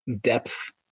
depth